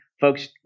folks